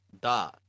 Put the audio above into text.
da